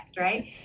Right